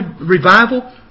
revival